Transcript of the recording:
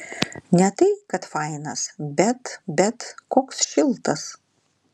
ne tai kad fainas bet bet koks šiltas